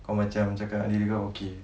kau macam cakap dengan dia juga okay